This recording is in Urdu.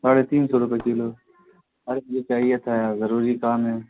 ساڑھے تین سو روپے کلو ارے یہ چاہیے تھا ضروری کام ہے